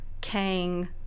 Kang